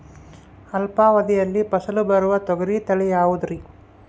ಅಲ್ಪಾವಧಿಯಲ್ಲಿ ಫಸಲು ಬರುವ ತೊಗರಿ ತಳಿ ಯಾವುದುರಿ?